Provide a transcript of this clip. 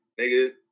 nigga